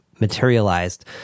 materialized